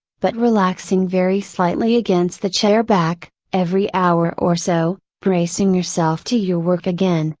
but relaxing very slightly against the chair back, every hour or so, bracing yourself to your work again,